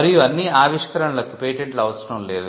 మరియు అన్ని ఆవిష్కరణలకు పేటెంట్లు అవసరం లేదు